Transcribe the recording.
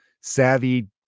savvy